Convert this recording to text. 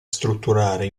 strutturare